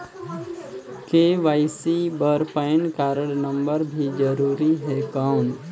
KYC बर PAN card number भी जरूरी हे कौन?